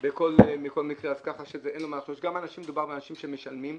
בכל מקרה, וגם מדובר באנשים שמשלמים.